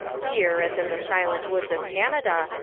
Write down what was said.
here, as in the silent woods of canada,